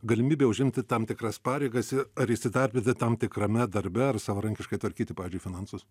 galimybė užimti tam tikras pareigas ir ar įsidarbinti tam tikrame darbe ar savarankiškai tvarkyti pavyzdžiui finansus